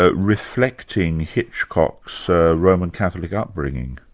ah reflecting hitchcock's roman catholic upbringing?